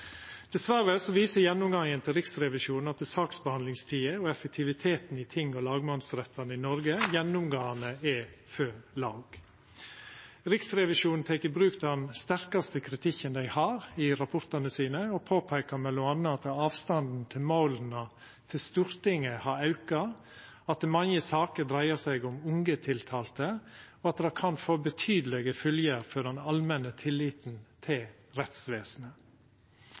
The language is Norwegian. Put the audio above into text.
viser gjennomgangen til Riksrevisjonen at saksbehandlingstida og effektiviteten i ting- og lagmannsrettane i Noreg gjennomgåande er for låg. Riksrevisjonen tek i rapportane sine i bruk den sterkaste kritikken dei har, og påpeikar m.a. at avstanden til måla til Stortinget har auka, at mange saker dreiar seg om unge tiltalte, og at det kan få betydelege fylgjer for den allmenne tilliten til rettsvesenet.